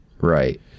Right